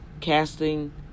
casting